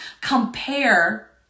compare